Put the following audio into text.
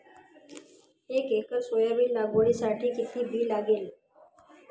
एक acre soybean लागवडीसाठी किती बी लागेल?